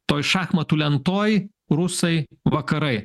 toj šachmatų lentoj rusai vakarai